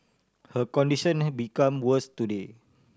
her condition had become worse today